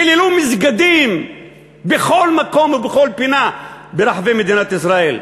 חיללו מסגדים בכל מקום ובכל פינה ברחבי מדינת ישראל.